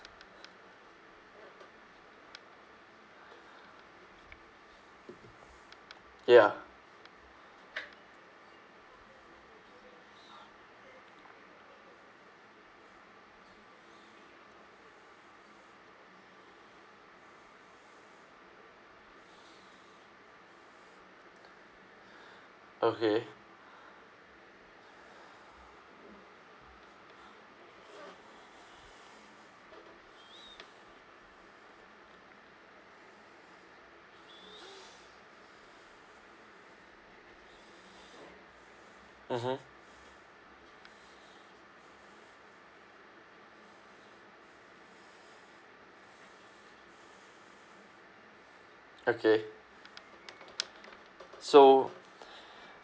ya okay mmhmm okay so